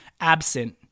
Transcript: absent